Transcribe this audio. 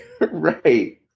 Right